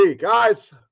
Guys